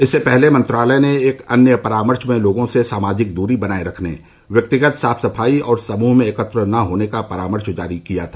इससे पहले मंत्रालय ने एक अन्य परामर्श में लोगों से सामाजिक दूरी बनाए रखने व्यक्तिगत साफ सफाई और समूह में एकत्र न होने का परामर्श जारी किया था